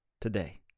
today